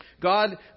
God